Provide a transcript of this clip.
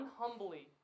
unhumbly